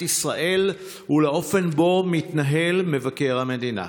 ישראל ולאופן שבו מתנהל מבקר המדינה.